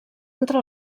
entre